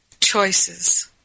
choices